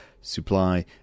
supply